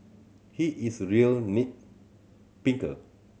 he is a real nit picker